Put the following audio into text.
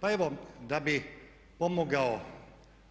Pa evo da bih pomogao